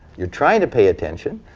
you're trying to pay attention,